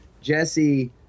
Jesse